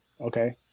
Okay